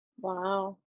Wow